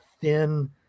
thin